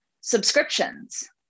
subscriptions